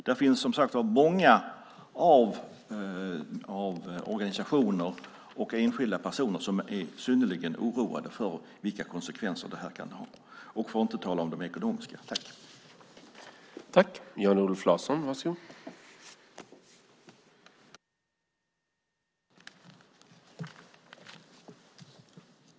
Det finns många organisationer och enskilda personer som är synnerligen oroade för vilka konsekvenser det kan få, för att inte tala om de ekonomiska konsekvenserna.